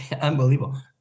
Unbelievable